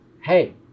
hey